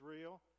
real